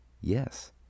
Yes